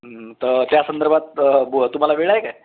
तर त्या संदर्भात बु तुम्हाला वेळ आहे काय